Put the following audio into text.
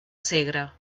segre